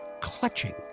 clutching